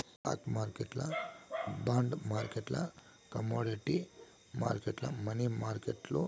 stock మార్కెట్లు bond మార్కెట్లు commodity మార్కెట్లు, మనీ మార్కెట్లు